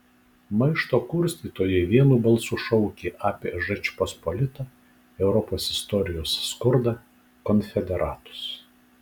maišto kurstytojai vienu balsu šaukė apie žečpospolitą europos istorijos skurdą konfederatus